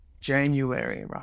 January